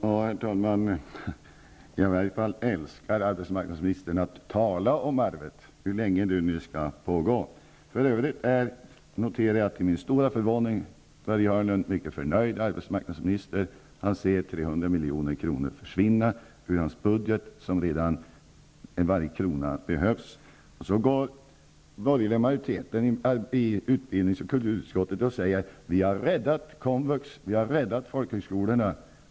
Herr talman! I alla fall älskar arbetsmarknadsmi nistern att tala om ''arvet'' -- hur länge det nu skall pågå. Jag noterar för övrigt, till min stora förvåning, att Börje Hörnlund är en mycket förnöjd arbetsmark nadsminister. Han ser 300 milj.kr. försvinna ur sin budget -- där varje krona behövs. Sedan säger den borgerliga majoriteten i utbildnings och kulturut skotten att man har räddat komvux och folkhög skolorna.